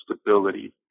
stability